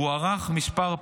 הוארך כמה פעמים,